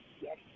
yes